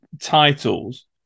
titles